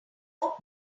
power